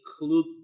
include